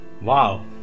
Wow